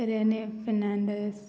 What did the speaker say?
फेरेने Fernandes